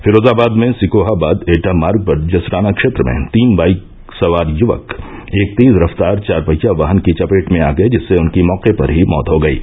फिरोजाबाद में सिकोहाबाद एटा मार्ग पर जसराना क्षेत्र में तीन बाइक सवार युवक एक तेज रफ्तार चारपहिया वाहन की चपेट में आ गये जिससे उनकी मौके पर ही मौत हो गयी